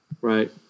right